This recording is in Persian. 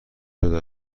شده